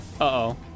Uh-oh